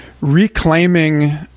reclaiming